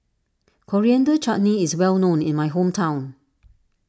Coriander Chutney is well known in my hometown